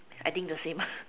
I think the same ah